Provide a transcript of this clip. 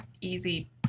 easy